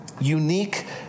unique